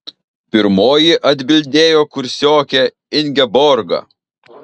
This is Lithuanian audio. pirmoji atbildėjo kursiokė ingeborga